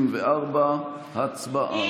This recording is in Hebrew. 24, הצבעה.